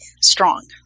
Strong